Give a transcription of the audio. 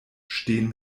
stehen